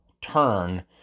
turn